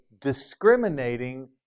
discriminating